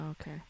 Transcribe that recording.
Okay